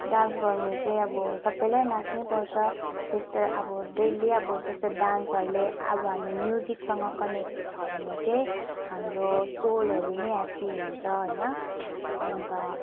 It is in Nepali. डान्स गर्नु चाहिँ अब सबैलाई नाच्नु नै पर्छ त्यस्तै अब डेली अब त्यस्तो डान्सहरूले अब हामी म्युजिकसँग कनेक्ट छ भने चाहिँ हाम्रो सोलहरू नै ह्याप्पी हुन्छ होइन अन्त